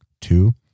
two